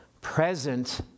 present